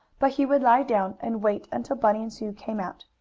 but he would lie down and wait until bunny and sue came out.